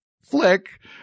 flick